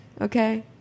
Okay